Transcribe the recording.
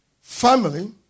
family